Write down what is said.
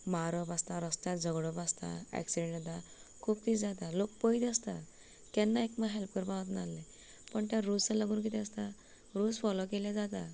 मारप आसता रसत्यार झगडप आसता एक्सिडंट जाता खूब किदें जाता लोक पयत आसता केन्ना एकमेका हेल्प करपाक वचनाहलें पण त्या रुसाक लागून कितें आसता रुल्स फोलोव केलें जाता